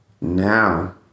Now